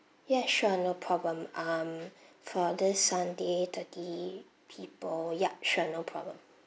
yeah sure no problem um for this sunday thirty people ya sure no problem